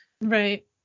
Right